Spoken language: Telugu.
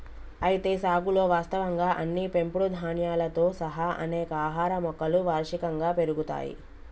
అయితే సాగులో వాస్తవంగా అన్ని పెంపుడు ధాన్యాలతో సహా అనేక ఆహార మొక్కలు వార్షికంగా పెరుగుతాయి